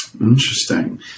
Interesting